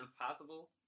impossible